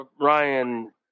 Ryan